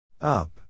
Up